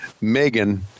Megan